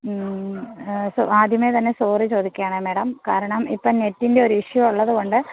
ഹമ് so ആദ്യമേ തന്നെ sorry ചോദിക്കയാണ് മേഡം കാരണം ഇപ്പോൾ നെറ്റിൻ്റെ ഒരു ഇഷ്യൂ ഉള്ളതുകൊണ്ട്